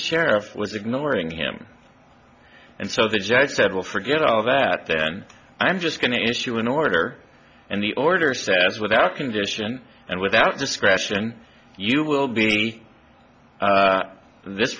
sheriff was ignoring him and so the judge said will forget all that then i'm just going to issue an order and the order says without condition and without discretion you will be in this